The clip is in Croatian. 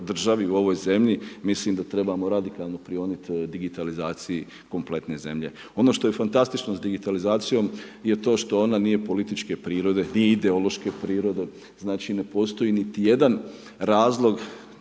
državi, u ovoj zemlji, mislimo da trebamo …/Govornik se ne razumije. prionuti digitalizaciji kompletne zemlje. Ono što je fantastično s digitalizacijom je to što ona nije političke prirode, nije ideološke prirode, znači ne postoji niti jedan razlog